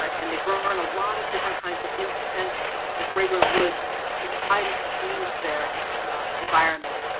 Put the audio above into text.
ah and they burn a lot of different kinds of instance and fragrant woods to try to change their environment.